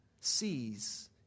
sees